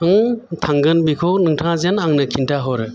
हम थांगोन बेखौ नोंथाङा जेन आंनो खिनथाहरो